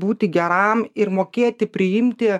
būti geram ir mokėti priimti